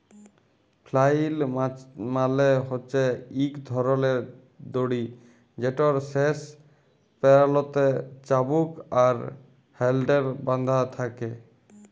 flail মালে হছে ইক ধরলের দড়ি যেটর শেষ প্যারালতে চাবুক আর হ্যাল্ডেল বাঁধা থ্যাকে